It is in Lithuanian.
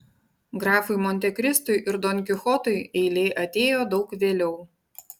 grafui montekristui ir don kichotui eilė atėjo daug vėliau